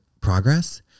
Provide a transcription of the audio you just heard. progress